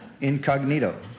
Incognito